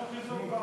תן חיזוק פעם אחת.